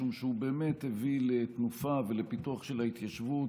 משום שהוא באמת הביא לתנופה ולפיתוח של ההתיישבות